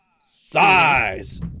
size